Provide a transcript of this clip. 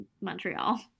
Montreal